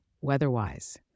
weather-wise